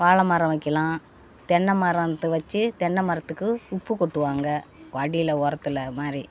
வாழை மரம் வைக்கலாம் தென்னமரத்தை வச்சி தென்னை மரத்துக்கு உப்பு கொட்டுவாங்க அடியில் ஒரத்தில் மாதிரி